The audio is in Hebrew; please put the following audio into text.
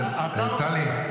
היושב-ראש,